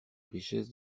richesse